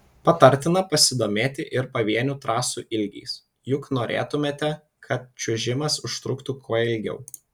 patartina pasidomėti ir pavienių trasų ilgiais juk norėtumėte kad čiuožimas užtruktų kuo ilgiau